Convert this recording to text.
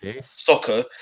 soccer